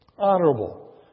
honorable